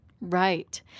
Right